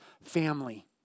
family